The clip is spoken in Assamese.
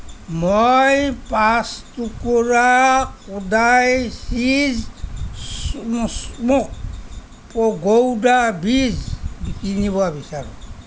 মই পাঁচ টুকুৰা কোডাই চীজ স্মক্ড গৌডা বীজ কিনিব বিচাৰোঁ